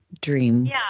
dream